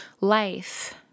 life